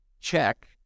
check